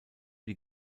die